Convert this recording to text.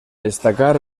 destacar